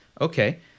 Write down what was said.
Okay